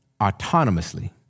autonomously